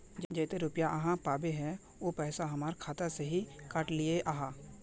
जयते रुपया आहाँ पाबे है उ पैसा हमर खाता से हि काट लिये आहाँ?